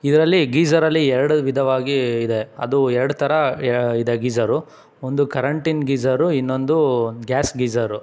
ಇದರಲ್ಲಿ ಗೀಝರಲ್ಲಿ ಎರಡು ವಿಧವಾಗಿ ಇದೆ ಅದು ಎರಡು ಥರ ಇದೆ ಗೀಝರು ಒಂದು ಕರೆಂಟಿನ ಗೀಝರು ಇನ್ನೊಂದು ಗ್ಯಾಸ್ ಗೀಝರು